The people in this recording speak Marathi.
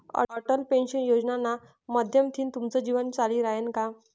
अटल पेंशन योजनाना माध्यमथीन तुमनं जीवन चाली रायनं का?